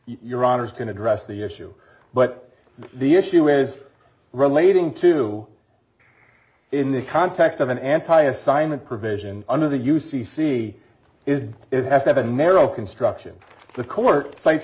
your honour's can address the issue but the issue is relating to in the context of an anti assignment provision under the u c c is that it has to have a narrow construction the court cites